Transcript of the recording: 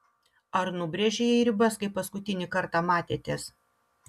ar nubrėžei jai ribas kai paskutinį kartą matėtės